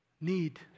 need